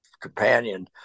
companion